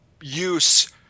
use